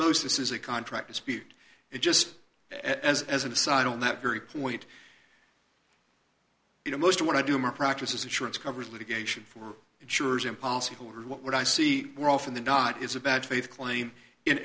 most this is a contract dispute it just as as an aside on that very point you know most of what i do my practice is insurance covers litigation for insurers and policyholders what i see more often than not is a bad faith claim in